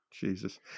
jesus